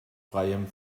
freiem